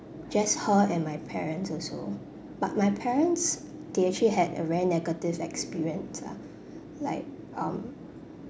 just her and my parents also but my parents they actually had a very negative experience lah like um